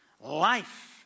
Life